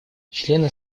члены